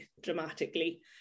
dramatically